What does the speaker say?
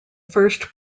first